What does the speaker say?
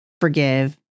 forgive